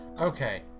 Okay